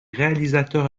réalisateurs